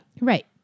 Right